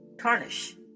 tarnish